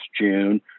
June